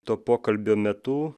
to pokalbio metu